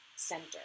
Center